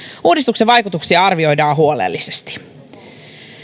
uudistuksen vaikutuksia arvioidaan huolellisesti